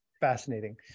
fascinating